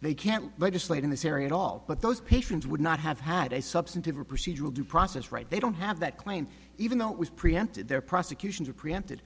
they can't legislate in this area at all but those patients would not have had a substantive or procedural due process right they don't have that client even though it was preempted their prosecutions are preempted